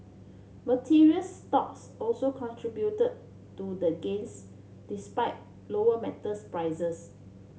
materials stocks also contributed to the gains despite lower metals prices